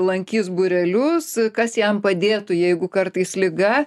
lankys būrelius kas jam padėtų jeigu kartais liga